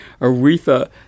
Aretha